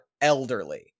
elderly